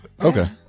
Okay